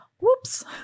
Whoops